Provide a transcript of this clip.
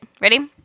Ready